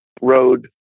road